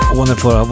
wonderful